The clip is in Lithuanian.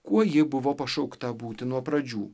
kuo ji buvo pašaukta būti nuo pradžių